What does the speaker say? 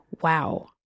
wow